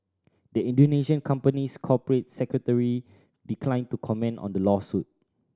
the Indonesian company's corporate secretary declined to comment on the lawsuit